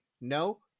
No